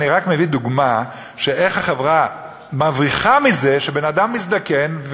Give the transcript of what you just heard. אני רק מביא דוגמה איך החברה מרוויחה מזה שבן-אדם מזדקן,